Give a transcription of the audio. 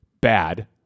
bad